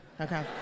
okay